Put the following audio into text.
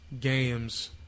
games